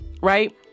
Right